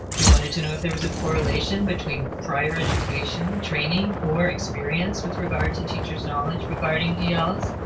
we wanted to know if there was a correlation between prior education, training, or experience with regard to teachers' knowledge regarding els.